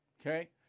Okay